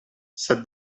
said